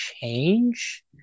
change